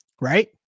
Right